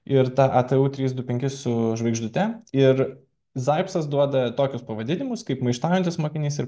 ir ta atu trys du penki su žvaigždute ir zaipcas duoda tokius pavadinimus kaip maištaujantis mokinys ir